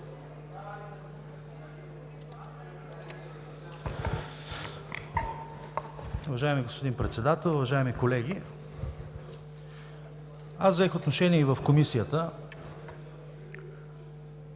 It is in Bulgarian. Уважаеми господин Председател, уважаеми колеги! Аз взех отношение и в Комисията.